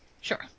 Sure